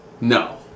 No